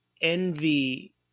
envy